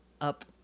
up